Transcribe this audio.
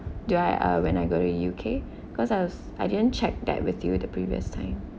do I uh when I go to U_K cause I was I didn't check that with you the previous time